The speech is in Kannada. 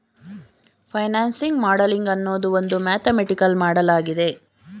ಫೈನಾನ್ಸಿಂಗ್ ಮಾಡಲಿಂಗ್ ಅನ್ನೋದು ಒಂದು ಮ್ಯಾಥಮೆಟಿಕಲ್ ಮಾಡಲಾಗಿದೆ